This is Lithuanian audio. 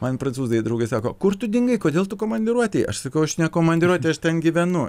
man prancūzai draugai sako kur tu dingai kodėl tu komandiruotėj aš sakau aš ne komandiruotėj aš ten gyvenu